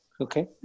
Okay